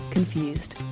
Confused